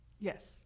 Yes